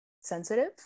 sensitive